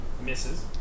Misses